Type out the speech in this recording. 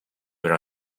were